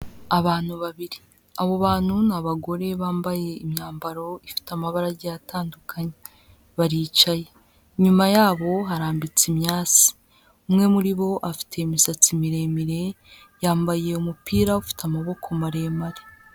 Abantu babiri, abo bantu ni abagore bambaye imyambaro ifite amabara agiye atandukanye, baricaye, inyuma yabo harambitse imyase, umwe muri bo afite imisatsi miremire, yambaye umupira ufite amaboko maremare.